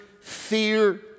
fear